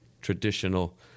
traditional